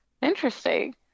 interesting